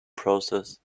process